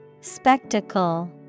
Spectacle